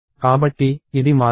కాబట్టి ఇది మారదు